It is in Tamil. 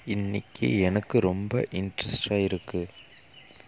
இன்றைக்கு எனக்கு ரொம்ப இன்ட்ரஸ்டாக இருக்குது